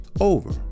over